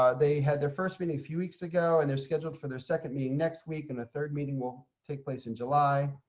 ah they had their first meeting a few weeks ago, and they're scheduled for their second meeting next week and a third meeting will take place in july.